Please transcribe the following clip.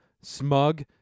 smug